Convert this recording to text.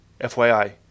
FYI